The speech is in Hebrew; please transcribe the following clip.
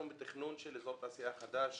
אנחנו בתכנון של אזור תעשייה חדש